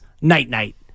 night-night